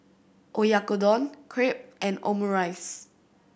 Oyakodon Crepe and Omurice